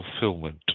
fulfillment